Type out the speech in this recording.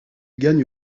gagne